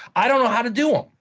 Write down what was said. i don't know how to do them.